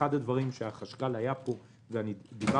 אחד הדברים שהחשכ"ל אמר כשהיה פה ודיברנו